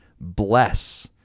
bless